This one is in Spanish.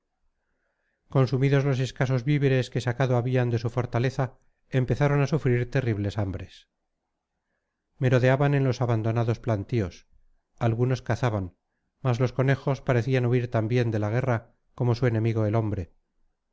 consumidos los escasos víveres que sacado habían de su fortaleza empezaron a sufrir terribles hambres merodeaban en los abandonados plantíos algunos cazaban mas los conejos parecían huir también de la guerra como su enemigo el hombre